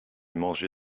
mangé